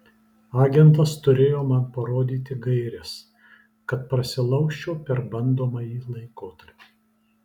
agentas turėjo man parodyti gaires kad prasilaužčiau per bandomąjį laikotarpį